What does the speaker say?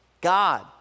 God